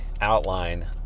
outline